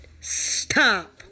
stop